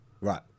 Right